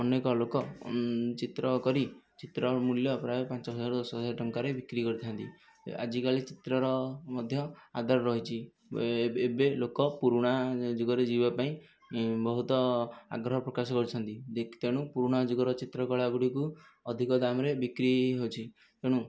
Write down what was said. ଅନେକ ଲୋକ ଚିତ୍ର କରି ଚିତ୍ରର ମୂଲ୍ୟ ପ୍ରାୟ ପାଞ୍ଚ ହଜାରରୁ ଦଶ ହଜାର ଟଙ୍କାରେ ବିକ୍ରି କରିଥାନ୍ତି ଆଜିକାଲି ଚିତ୍ରର ମଧ୍ୟ ଆଦର ରହିଛି ଏବେ ଲୋକ ପୁରୁଣା ଯୁଗରେ ଜିଇଁବା ପାଇଁ ବହୁତ ଆଗ୍ରହ ପ୍ରକାଶ କରିଛନ୍ତି ଦେ ତେଣୁ ପୁରୁଣା ଯୁଗର ଚିତ୍ରକଳା ଗୁଡ଼ିକୁ ଅଧିକ ଦାମରେ ବିକ୍ରି ହଉଛି ତେଣୁ